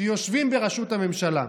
שיושבים בראשות הממשלה.